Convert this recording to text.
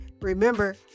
Remember